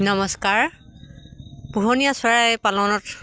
নমস্কাৰ পোহনীয়া চৰাই পালনত